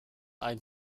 ein